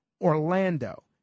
Orlando